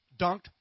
dunked